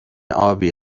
آبی